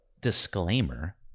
disclaimer